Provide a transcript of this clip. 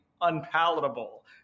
unpalatable